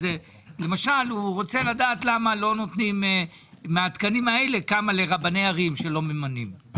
למשל הוא רוצה לדעת למה לא נותנים מהתקנים האלה לרבני ערים שלא ממונים,